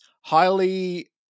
highly